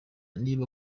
niba